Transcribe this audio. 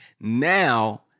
Now